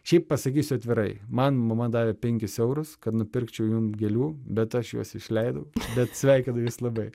šiaip pasakysiu atvirai man mama davė penkis eurus kad nupirkčiau jum gėlių bet aš juos išleidau bet sveikinu jus labai